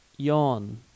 Yawn